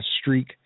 streak